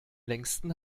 längsten